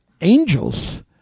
angels